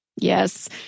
Yes